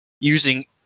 using